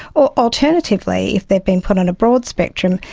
or alternatively if they have been put on a broad spectrum,